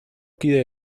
kide